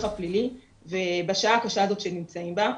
הפלילי ובשעה הקשה הזאת שהם נמצאים בה.